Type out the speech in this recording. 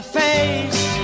face